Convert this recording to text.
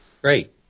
Great